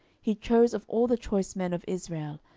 he chose of all the choice men of israel,